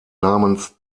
namens